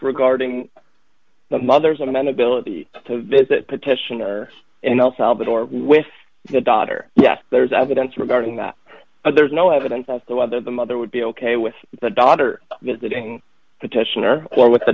regarding the mothers of the men ability to visit petitioner in el salvador with the daughter yes there is evidence regarding that but there is no evidence as to whether the mother would be ok with the daughter visiting petitioner or with